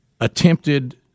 attempted